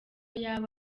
yaba